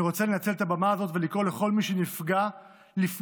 אני רוצה לנצל את הבמה הזאת ולקרוא לכל מי שנפגע לפנות